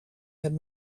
had